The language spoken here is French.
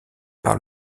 par